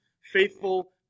faithful